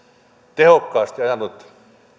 tehokkaasti ajanut